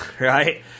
right